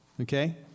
okay